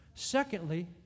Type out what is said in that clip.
Secondly